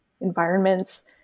environments